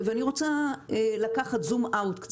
אני רוצה לקחת זום אאוט.